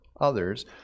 others